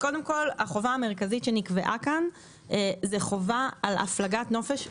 החובה המרכזית שנקבעה כאן זה חובה על נוסעים בהפלגת נופש חוזרת,